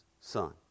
Son